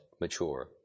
mature